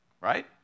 Right